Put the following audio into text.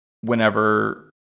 whenever